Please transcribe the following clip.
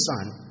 son